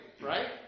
right